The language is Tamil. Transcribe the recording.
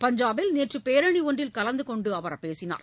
பஞ்சாபில் நேற்றுபேரணிஒன்றில் கலந்துகொண்டுஅவர் பேசினார்